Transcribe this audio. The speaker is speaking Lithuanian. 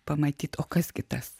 pamatyt o kas gi tas